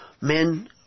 men